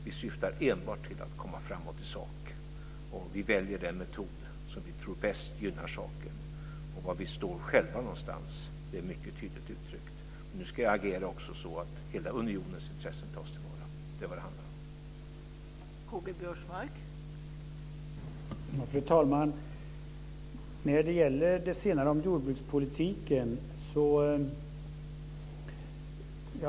Vi syftar enbart till att komma framåt i sak. Och vi väljer den metod som vi tror bäst gynnar saken. Var vi står själva någonstans är mycket tydligt uttryckt. Nu ska jag också agera så att hela unionens intresse tas till vara. Det är vad det handlar om.